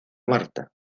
marta